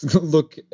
look